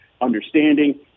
understanding